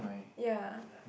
ya